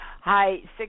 Hi